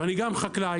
ואני גם חקלאי,